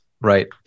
Right